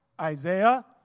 Isaiah